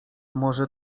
może